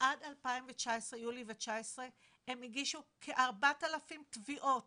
עד 2019 הם הגישו כארבע אלף תביעות